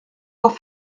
voie